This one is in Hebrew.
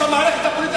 איש המערכת הפוליטית,